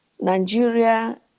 Nigeria